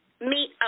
meet